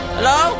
Hello